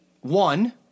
one